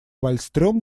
вальстрём